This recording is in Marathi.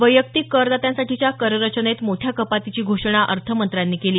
वैयक्तिक करदात्यांसाठीच्या कर रचनेत मोठ्या कपातीची घोषणा अर्थमंत्र्यांनी केली